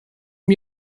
mir